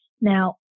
Now